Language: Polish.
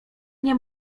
nie